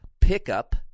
pickup